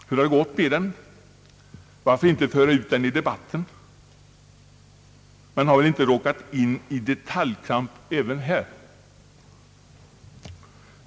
Hur har det gått med den, varför inte föra ut den i debatten — man har väl inte råkat in i detaljkramp även här?